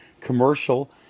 commercial